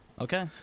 Okay